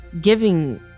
giving